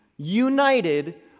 United